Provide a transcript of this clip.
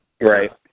Right